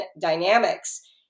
dynamics